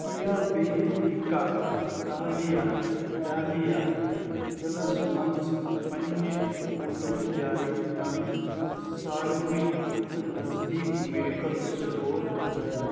کہِ یا بیٚیہِ ہیٚکا دھلِیا دھلیا ضلعس مَنٛز پننہِ موٗجوٗدٕ جایہِ ہُنٛد ساروِی کھۄتہٕ نزدیٖک میڈیکل سٹور زٲنِتھ